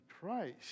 Christ